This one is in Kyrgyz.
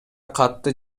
катты